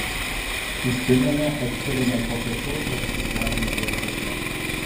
į tiumenę atskridome po pietų ir apsigyvenome viešbutyje